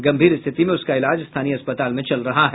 गम्भीर स्थिति में उसका इलाज स्थानीय अस्पताल में चल रहा है